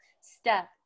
step